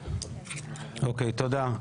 תודה.